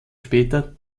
später